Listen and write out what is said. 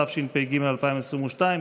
התשפ"ג 2022,